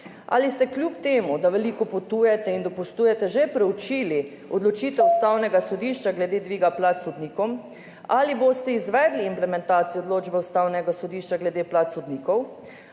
Ali ste, kljub temu da veliko potujete in dopustujete, že preučili odločitev Ustavnega sodišča glede dviga plač sodnikom? Ali boste izvedli implementacijo odločbe Ustavnega sodišča glede plač sodnikov?